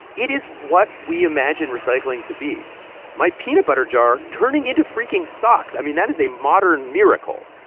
it is what we imagine recycling to be my peanut butter jar turning into freaking socks. i mean, that is a modern miracle.